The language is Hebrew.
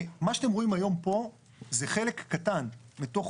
מה שאתם רואים היום פה זה חלק קטן מתוך